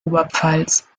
oberpfalz